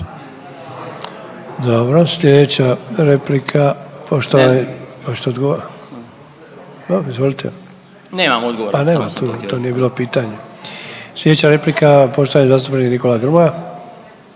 Sljedeća replika poštovani zastupnik Nikola Grmoja.